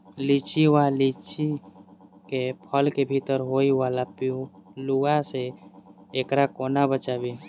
लिच्ची वा लीची केँ फल केँ भीतर होइ वला पिलुआ सऽ एकरा कोना बचाबी?